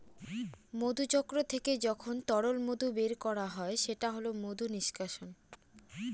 মধুচক্র থেকে যখন তরল মধু বের করা হয় সেটা হল মধু নিষ্কাশন